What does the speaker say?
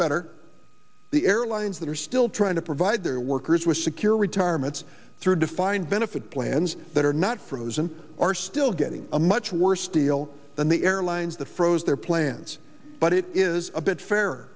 better the airlines that are still trying to provide their workers with secure retirement through defined benefit plans that are not for those and are still getting a much worse deal than the airlines the froze their plans but it is a bit fair